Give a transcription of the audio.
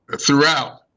throughout